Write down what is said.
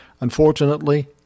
Unfortunately